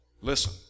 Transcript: Listen